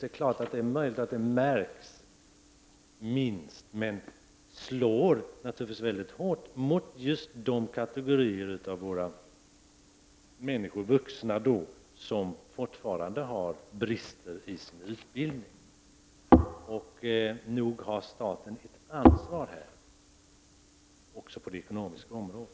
Det är möjligt att den märks minst, men den slår naturligtvis mycket hårt mot just de kategorier av människor, främst vuxna, som fortfarande har brister i sin utbildning. Nog har staten ett ansvar också på det ekonomiska området.